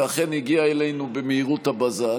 ואכן הגיע אלינו במהירות הבזק,